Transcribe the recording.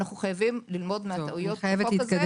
אנו חייבים ללמוד מהטעויות של זה.